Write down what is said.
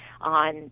on